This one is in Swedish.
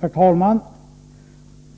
Herr talman!